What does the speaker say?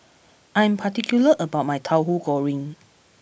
I am particular about my Tahu Goreng